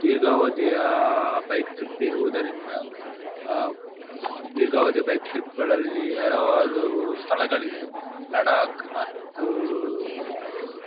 ದೀರ್ಘಾವಧಿಯ ಬೈಕ್ ಟ್ರಿಪ್ಪಿರುವುದರಿಂದ ಆ ದೀರ್ಘಾವದಿಯ ಬೈಕ್ ಟ್ರಿಪ್ಗಳಲ್ಲಿ ಹಲವಾರು ಸ್ಥಳಗಳಿವೆ ಲಡಾಕ್ ಮತ್ತು